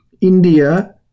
India